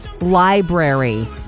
library